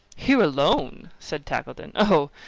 here alone? said tackleton. oh!